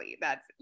that's-